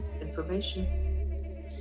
information